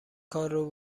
کارو